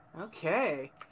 Okay